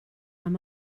amb